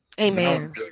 Amen